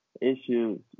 Issues